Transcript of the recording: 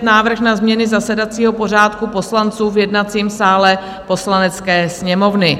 Návrh na změny zasedacího pořádku poslanců v jednacím sále Poslanecké sněmovny